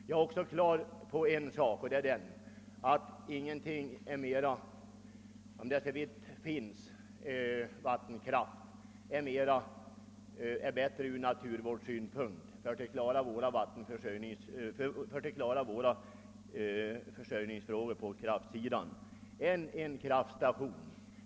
Jag är också på det klara med att när det gäller vår kraftförsörjning är ingenting bättre ur naturvårdssynpunkt än ett vattenkraftverk.